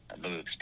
moves